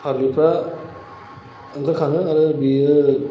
पाब्लिकफ्रा ओंखारखाङोनालाय बियो